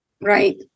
Right